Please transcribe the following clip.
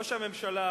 ראש הממשלה